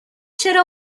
چرا